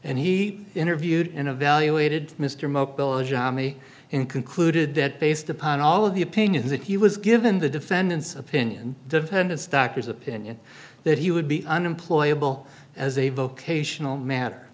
and he interviewed and evaluated mr mobility ami in concluded that based upon all of the opinions that he was given the defendant's opinion dependence doctor's opinion that he would be unemployable as a vocational matt